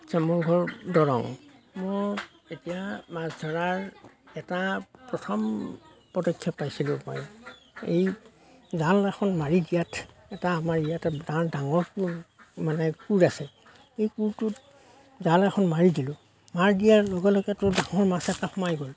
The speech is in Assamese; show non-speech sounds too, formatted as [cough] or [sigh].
আচ্ছা মোৰ ঘৰ দৰং মোক এতিয়া মাছ ধৰাৰ এটা প্ৰথম পদক্ষেপ পাইছিলোঁ মই এই জাল এখন মাৰি দিয়াত এটা আমাৰ ইয়াতে [unintelligible] ডাঙৰ কোৰ মানে কোৰ আছে সেই কোৰটোত জাল এখন মাৰি দিলোঁ মাৰি দিয়াৰ লগে লগেতো ডাঙৰ মাছ এটা সোমাই গ'ল